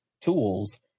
tools